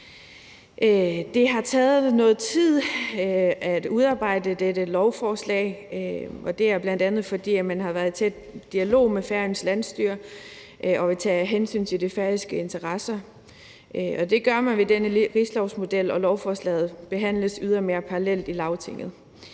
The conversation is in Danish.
Det har taget noget tid at udarbejde dette lovforslag, og det er bl.a., fordi man har været i tæt dialog med Færøernes landsstyre og taget hensyn til de færøske interesser. Og det gør man med denne rigslovsmodel, og lovforslaget behandles ydermere parallelt i Lagtinget.